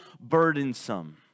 burdensome